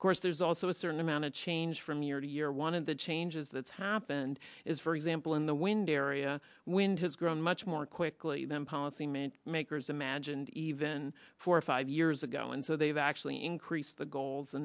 of course there's also a certain amount of change from year to year one of the changes that's happened is for example in the wind area wind has grown much more quickly than policy meant makers imagined even four or five years ago and so they've actually increased the goals a